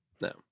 no